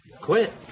quit